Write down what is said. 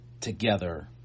together